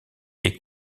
est